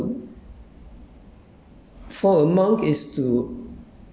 because the main purpose for uh